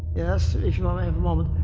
yes, if you want to have a moment,